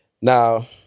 Now